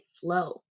flow